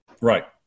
Right